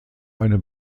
eine